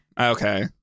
Okay